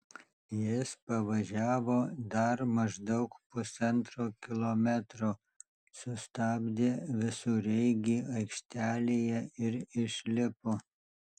jis pavažiavo dar maždaug pusantro kilometro sustabdė visureigį aikštelėje ir išlipo